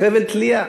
חבל תלייה.